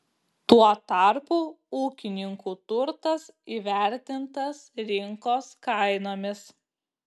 tuo tarpu ūkininkų turtas įvertintas rinkos kainomis